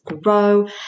grow